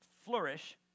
flourish